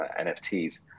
NFTs